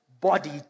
body